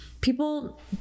people